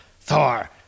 Thor